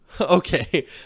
Okay